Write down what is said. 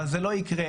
אבל זה לא יקרה.